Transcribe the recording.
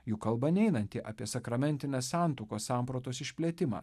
juk kalba neinanti apie sakramentinės santuokos sampratos išplėtimą